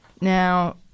Now